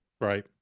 Right